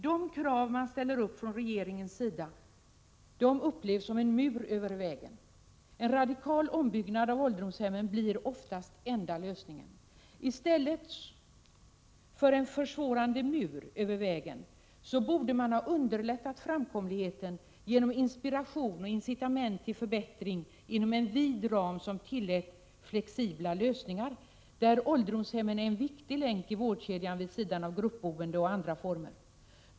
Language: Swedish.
De krav som regeringen ställer upplevs som en mur över vägen. En radikal ombyggnad av ålderdomshemmen blir oftast enda lösningen. I stället för att resa en försvårande mur över vägen borde man ha underlättat framkomligheten genom inspiration och incitament till förbättring inom en vid ram som tillät flexibla lösningar, där ålderdomshemmen är en viktig länk i vårdkedjan vid sidan av gruppboende och andra boendeformer.